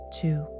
two